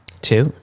Two